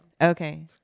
Okay